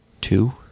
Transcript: Two